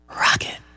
Rocket